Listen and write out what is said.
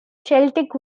celtic